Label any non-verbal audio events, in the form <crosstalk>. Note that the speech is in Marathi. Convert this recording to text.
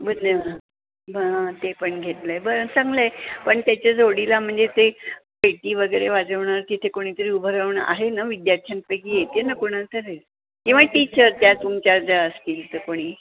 <unintelligible> हां ते पण घेतलं आहे बरं चांगलं आहे पण त्याच्या जोडीला म्हणजे ते पेटी वगैरे वाजवणार तिथे कोणी तरी उभरवणं आहे ना विद्यार्थ्यांपैकी येते ना कोणाला तरी किंवा टीचर त्या तुमच्या ज्या असतील तर कोणी